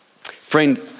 Friend